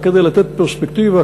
רק כדי לתת פרספקטיבה,